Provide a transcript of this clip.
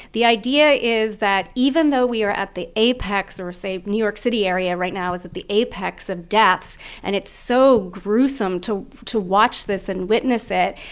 the idea is that even though we are at the apex or say, the new york city area right now is at the apex of deaths and it's so gruesome to to watch this and witness it,